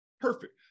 perfect